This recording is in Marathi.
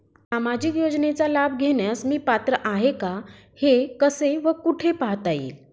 सामाजिक योजनेचा लाभ घेण्यास मी पात्र आहे का हे कसे व कुठे पाहता येईल?